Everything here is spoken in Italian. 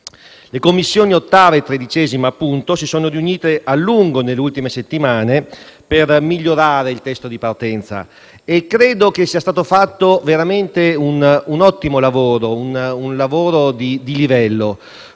Le Commissioni 8a e 13a si sono riunite a lungo nelle ultime settimane per migliorare il testo di partenza e credo che sia stato fatto veramente un ottimo lavoro, un lavoro di livello,